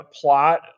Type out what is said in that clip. plot